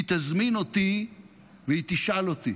היא תזמין אותי והיא תשאל אותי: